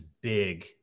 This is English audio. big